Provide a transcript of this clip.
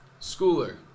Schooler